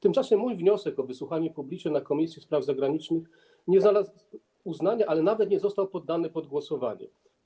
Tymczasem mój wniosek o wysłuchanie publicznie na posiedzeniu Komisji Spraw Zagranicznych nie znalazł uznania, nawet nie został poddany pod głosowanie.